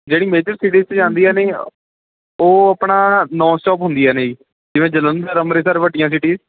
ਜਿਹੜੀ major cities 'ਚ ਜਾਂਦੀਆਂ ਨੇ ਉਹ ਆਪਣਾ ਨੌ ਸੌ ਕ ਹੁੰਦੀਆਂ ਨੇ ਜੀ ਜਿਵੇਂ ਜਲੰਧਰ ਅੰਮ੍ਰਿਤਸਰ ਵੱਡੀਆਂ ਸੀਟੀਸ